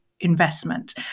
investment